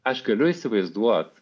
aš galiu įsivaizduot